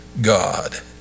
God